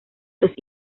los